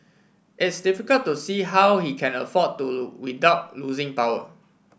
it's difficult to see how he can afford to without losing power